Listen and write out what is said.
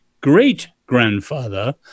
great-grandfather